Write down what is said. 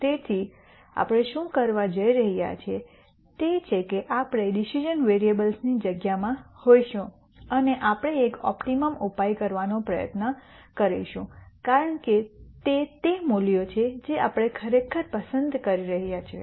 તેથી આપણે શું કરવા જઈ રહ્યા છીએ તે છે કે આપણે ડિસિઝન વેરીએબલ્સની જગ્યામાં હોઈશું અને આપણે એક ઓપ્ટીમમ ઉપાય કરવાનો પ્રયત્ન કરીશું કારણ કે તે તે મૂલ્યો છે જે આપણે ખરેખર પસંદ કરી રહ્યા છીએ